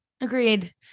Agreed